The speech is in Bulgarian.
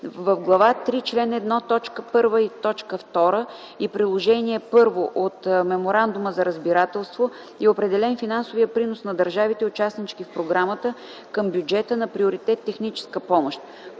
В Глава 3, чл. 1, т. 1 и т. 2 и Приложение I от Меморандума за разбирателство е определен финансовият принос на държавите – участнички в програмата към бюджета на приоритет „Техническа помощ”.